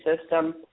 system